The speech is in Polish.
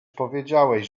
powiedziałeś